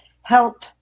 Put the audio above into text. help